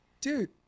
Dude